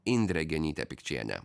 indrė genytė pikčienė